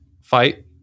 fight